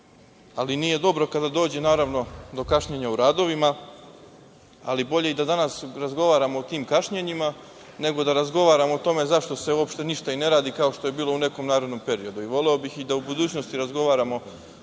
ali nije dobro kada dođe naravno do kašnjenja u radovima, ali bolje da i danas razgovaramo o tim kašnjenjima nego da razgovaramo o tome zašto se uopšte ništa i ne radi kao što je bilo u nekom periodu. Voleo bih i da u budućnosti razgovaramo